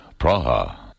Praha